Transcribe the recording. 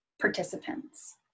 participants